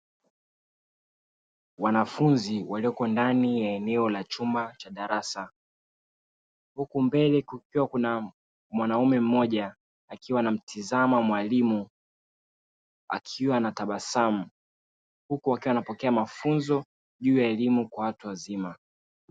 Wanafunzi walioko ndani ya eneo la chumba cha darasa, huku mbele kukiwa na mwanaume mmoja akiwa anamtazama mwalimu akiwa na tabasamu huku akipokea mafunzo juu ya elimu kwa watu wazima.